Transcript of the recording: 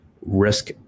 risk